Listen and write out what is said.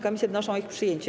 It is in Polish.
Komisje wnoszą o ich przyjęcie.